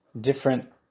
different